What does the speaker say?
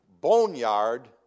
boneyard